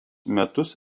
metus